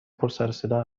پرسروصدا